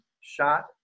shot